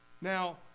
Now